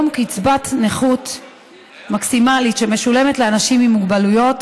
קצבת נכות מקסימלית שמשולמת לאנשים עם מוגבלויות